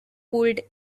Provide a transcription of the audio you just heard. pulled